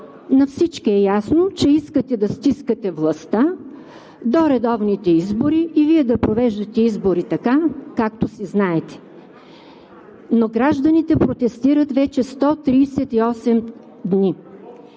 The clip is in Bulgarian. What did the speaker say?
На всички е ясно, че искате да стискате властта до редовните избори и да провеждате избори така, както си знаете. Но гражданите протестират вече 138 дни,